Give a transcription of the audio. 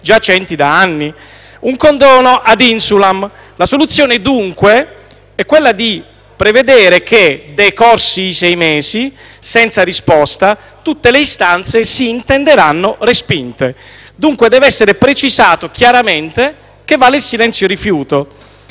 giacenti da anni, un condono ad insulam. La soluzione, dunque, è quella di prevedere che, decorsi i sei mesi senza risposta, tutte le istanze si intenderanno respinte. Deve cioè essere precisato chiaramente che vale il silenzio rifiuto.